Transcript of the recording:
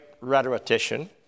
rhetorician